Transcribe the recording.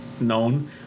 known